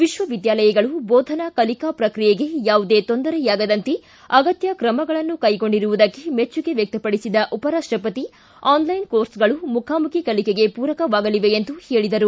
ವಿಶ್ವವಿದ್ಯಾಲಯಗಳು ಬೋಧನಾ ಕಲಿಕಾ ಪ್ರಕ್ರಿಯೆಗೆ ಯಾವುದೇ ತೊಂದರೆಯಾಗದಂತೆ ಅಗತ್ಯ ಕ್ರಮಗಳನ್ನು ಕೈಗೊಂಡಿರುವುದಕ್ಕೆ ಮೆಚ್ಚುಗೆ ವ್ಯಕ್ತಪಡಿಸಿದ ಉಪರಾಷ್ಟಪತಿ ಆನ್ಲೈನ್ ಕೋರ್ಸ್ಗಳು ಮುಖಾಮುಖಿ ಕಲಿಕೆಗೆ ಪೂರಕವಾಗಿರಲಿವೆ ಎಂದು ಹೇಳಿದರು